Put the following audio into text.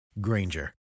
Granger